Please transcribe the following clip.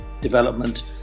development